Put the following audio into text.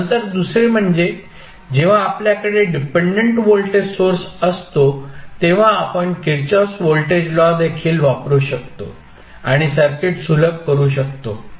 नंतर दुसरे म्हणजे जेव्हा आपल्याकडे डिपेंडंट व्होल्टेज सोर्स असतो तेव्हा आपण किर्चहॉफ व्होल्टेज लॉ देखील वापरु शकतो आणि सर्किट सुलभ करू शकतो